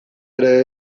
ere